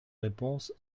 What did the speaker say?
réponse